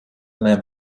lamp